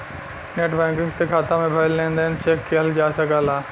net banking से खाता में भयल लेन देन चेक किहल जा सकला